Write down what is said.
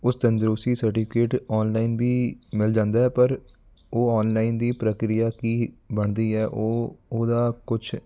ਉਸ ਤੰਦਰੁਸਤੀ certificate online ਵੀ ਮਿਲ ਜਾਂਦਾ ਹੈ ਪਰ ਉਹ ਓਨਲਾਈਨ ਦੀ ਪ੍ਰਕਿਰਿਆ ਕੀ ਬਣਦੀ ਹੈ ਉਹ ਉਹਦਾ ਕੁਛ